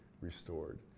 restored